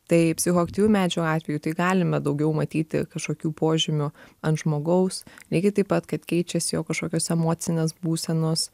tai psichoaktyvių medžiagų atveju tai galime daugiau matyti kažkokių požymių ant žmogaus lygiai taip pat kad keičiasi jo kažkokios emocinės būsenos